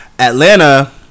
Atlanta